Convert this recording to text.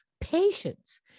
patience